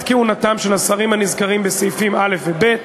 כהונתם של השרים הנזכרים בסעיפים א' וב'.